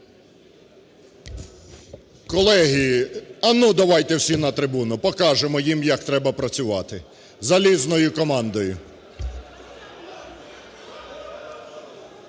Колеги, а ну давайте всі на трибуну, покажемо їм, як треба працювати залізною командою.